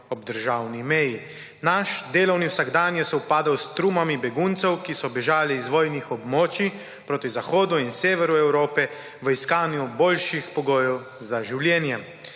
ob državni meji. Naš delovni vsakdan je sovpadal s trumami beguncev, ki so bežali iz vojnih območij proti zahodu in severu Evrope v iskanju boljših pogojev za življenje.